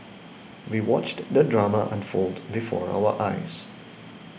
we watched the drama unfold before our eyes